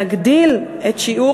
להגדיל את שיעור